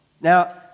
Now